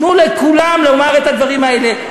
תנו לכולם לומר את הדברים האלה.